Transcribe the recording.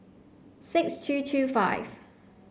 six two two five